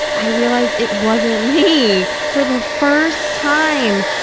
i realized it wasn't me for the first time!